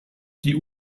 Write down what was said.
die